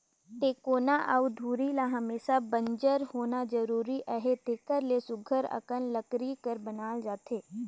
टेकोना अउ धूरी ल हमेसा बंजर होना जरूरी अहे तेकर ले सुग्घर अकन लकरी कर बनाल जाथे